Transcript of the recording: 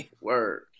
Word